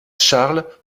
charles